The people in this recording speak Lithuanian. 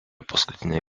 paskutinę